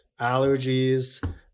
allergies